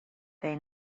they